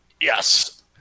yes